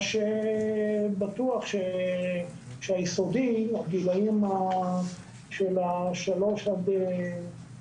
מה שבטוח שלגבי הילדים בבתי הספר היסודיים בגילאי 12-3,